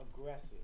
aggressive